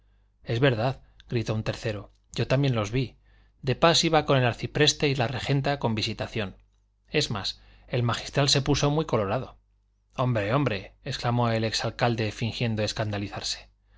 espolón es verdad gritó un tercero yo también los vi de pas iba con el arcipreste y la regenta con visitación es más el magistral se puso muy colorado hombre hombre exclamó el ex alcalde fingiendo escandalizarse